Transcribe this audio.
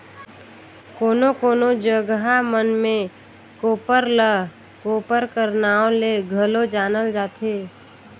कोनो कोनो जगहा मन मे कोप्पर ल कोपर कर नाव ले घलो जानल जाथे